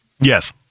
Yes